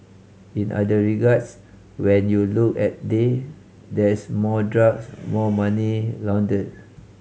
in other regards when you look at day there's more drugs more money laundered